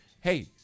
Hey